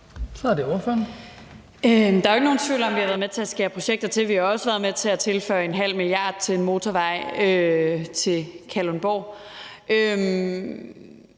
Der er jo ikke nogen tvivl om, at vi har været med til at skære projekter til. Vi har jo også været med til at tilføre en halv milliard til en motorvej til Kalundborg.